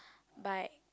by